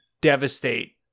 Devastate